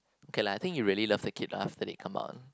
okay lah I think you really love the kid after they come out